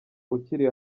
ukiri